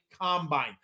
combine